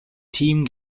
team